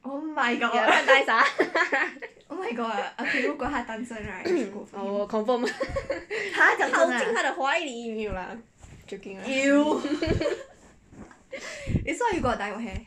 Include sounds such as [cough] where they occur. ya quite nice ah [laughs] I will confirm [laughs] 跑进他的怀里没有 lah joking lah